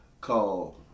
called